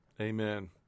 Amen